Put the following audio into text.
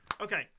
Okay